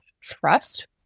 trust